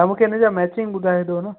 तव्हां मूंखे इनजा मैचिंग ॿुधाइजो न